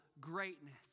greatness